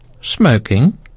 smoking